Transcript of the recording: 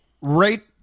Rate